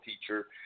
teacher